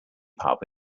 pub